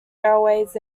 railways